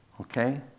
okay